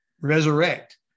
resurrect